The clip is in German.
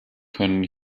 können